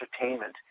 entertainment